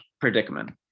predicament